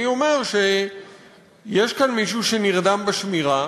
אני אומר שיש כאן מישהו שנרדם בשמירה,